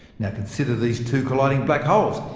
now consider these two colliding black holes.